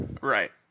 Right